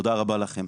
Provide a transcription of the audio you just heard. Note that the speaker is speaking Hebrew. תודה רבה לכם.